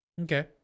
okay